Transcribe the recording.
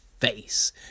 face